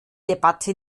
debatte